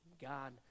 God